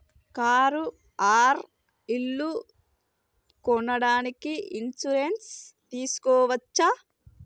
Car ఆర్ ఇల్లు కొనడానికి ఇన్సూరెన్స్ తీస్కోవచ్చా?